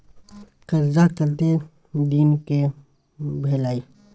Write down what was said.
कर्जा कत्ते दिन के भेलै?